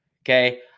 Okay